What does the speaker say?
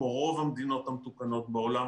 כמו רוב המדינות המתוקנות בעולם,